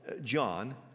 John